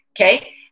okay